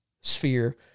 sphere